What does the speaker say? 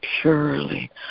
purely